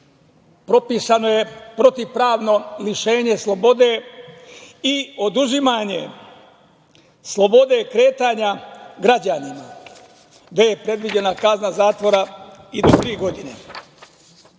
propisano je protivpravno lišenje slobode i oduzimanje slobode kretanja građanima gde je predviđena kazna zatvora i do tri godine.